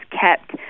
kept